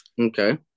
okay